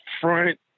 front